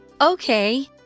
Okay